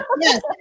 yes